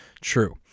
true